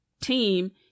team